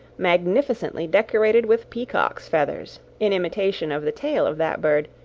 magnificently decorated with peacocks' feathers, in imitation of the tail of that bird,